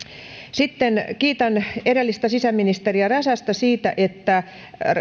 kiitän edellistä sisäministeriä räsästä siitä että